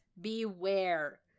beware